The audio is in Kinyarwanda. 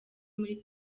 muri